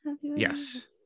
Yes